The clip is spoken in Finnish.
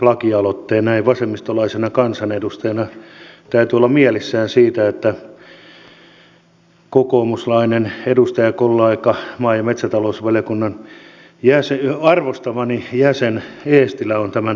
näin vasemmistolaisena kansanedustajana täytyy olla mielissään siitä että kokoomuslainen edustajakollega maa ja metsätalousvaliokunnan arvostamani jäsen eestilä on tämän aloitteen tehnyt